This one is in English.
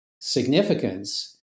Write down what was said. significance